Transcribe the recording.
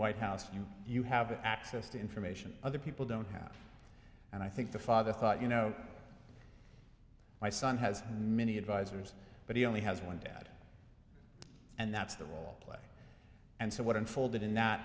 white house you know you have access to information other people don't have and i think the father thought you know my son has many advisers but he only has one dad and that's the role play and so what unfolded in not